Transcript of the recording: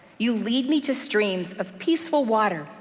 you lead me to streams of peaceful water,